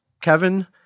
Kevin